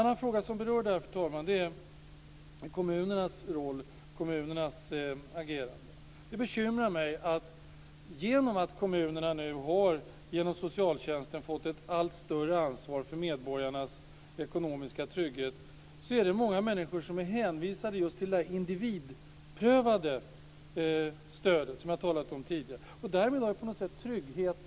En fråga som berör detta, fru talman, är kommunernas roll och agerande. Det bekymrar mig att många människor är hänvisade just till det här individprövade stödet som jag talat om tidigare genom att kommunerna, genom socialtjänsten, nu har fått ett allt större ansvar för medborgarnas ekonomiska trygghet.